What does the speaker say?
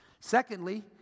Secondly